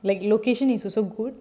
like location is also good